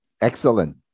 Excellent